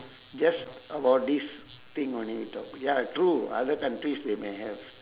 just about this thing only we talk ya true other countries they may have